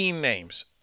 names